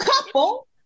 Couple